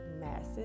massive